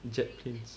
jet planes